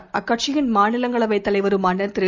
வும் அக்கட்சியின் மாநிலங்களவை தலைவருமான திரு